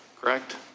correct